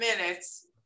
minutes